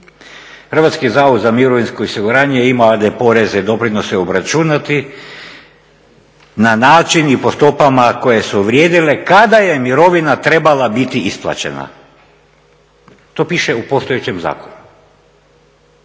Hrvatski zavod za mirovinsko osiguranje ima …/Govornik se ne razumije./… poreze i doprinose obračunati na način i po stopama koje su vrijedile kada je mirovina trebala biti isplaćena, to piše u postojećem zakonu.